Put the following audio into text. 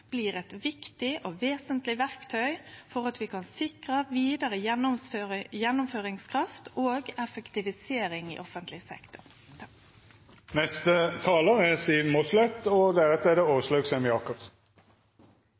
blir eit viktig og vesentleg verktøy for at vi kan sikre vidare gjennomføringskraft og effektivisering i offentleg sektor. Senterpartiet vil ha en bedre båt- og